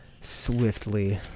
swiftly